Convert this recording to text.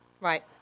Right